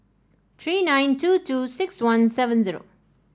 three nine two two six one seven zero